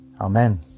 Amen